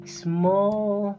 small